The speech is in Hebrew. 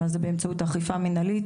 אז זה באמצעות אכיפה מנהלית.